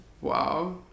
Wow